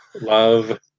Love